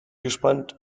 gespannt